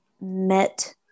met